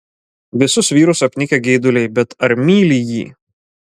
visus vyrus apnikę geiduliai bet ar myli jį